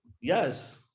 Yes